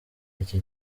iki